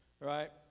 right